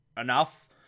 enough